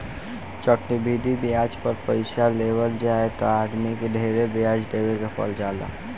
चक्रवृद्धि ब्याज पर पइसा लेवल जाए त आदमी के ढेरे ब्याज देवे के पर जाला